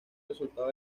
resultado